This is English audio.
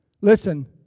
Listen